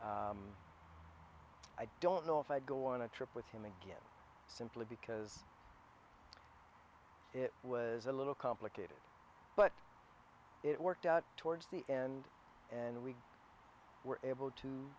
i don't know if i'd go on a trip with him again simply because it was a little complicated but it worked out towards the end and we were able to